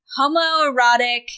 homoerotic